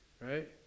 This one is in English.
Right